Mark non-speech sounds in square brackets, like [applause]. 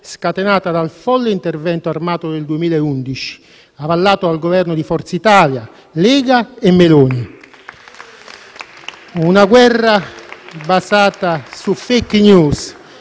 scatenata dal folle intervento armato nel 2011, avallato dal Governo di Forza Italia, Lega e Meloni. [applause] Una guerra basata su *fake news*